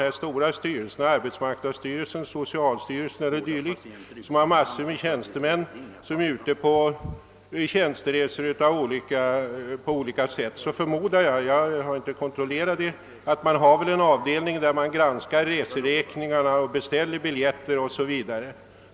Vid stora ämbetsverk som arbetsmarknadsstyrelsen eller socialstyrelsen, vilka har massor av tjänstemän ute på olika slags tjänsteresor, förmodar jag — utan att ha kontrollerat detta — att det finns en avdelning som granskar reseräkningar och beställer biljetter etc.